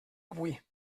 avui